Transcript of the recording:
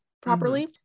properly